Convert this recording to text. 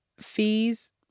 fees